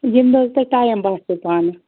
ییٚمہِ دۄہ حظ تۄہہِ ٹایِم باسٮ۪و پانہٕ